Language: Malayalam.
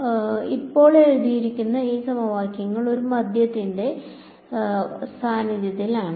അതിനാൽ ഇപ്പോൾ എഴുതിയിരിക്കുന്ന ഈ സമവാക്യങ്ങൾ ഒരു മാധ്യമത്തിന്റെ സാന്നിധ്യത്തിലാണ്